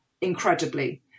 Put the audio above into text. incredibly